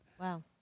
Wow